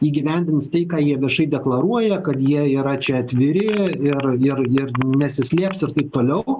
įgyvendins tai ką jie viešai deklaruoja kad jie yra čia atviri ir ir ir nesislėps ir taip toliau